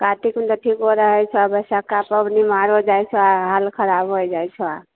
कातिकमे तऽ ठीको रहै छऽ बैशखा पाबनिमे आरो जाइ छै हालत खराब हो जाइ छै